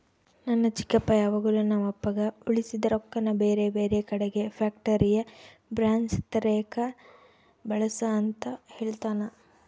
ನನ್ನ ಚಿಕ್ಕಪ್ಪ ಯಾವಾಗಲು ನಮ್ಮಪ್ಪಗ ಉಳಿಸಿದ ರೊಕ್ಕನ ಬೇರೆಬೇರೆ ಕಡಿಗೆ ಫ್ಯಾಕ್ಟರಿಯ ಬ್ರಾಂಚ್ ತೆರೆಕ ಬಳಸು ಅಂತ ಹೇಳ್ತಾನಾ